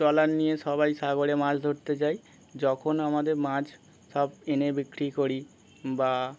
চলার নিয়ে সবাই সাগরে মাছ ধরতে যাই যখন আমাদের মাছ সব এনে বিক্রি করি বা